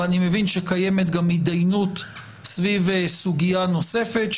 ואני מבין שקיימת גם התדיינות סביב סוגיה נוספת.